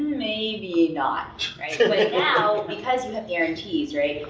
maybe. not. so but now, because you have guarantees, right,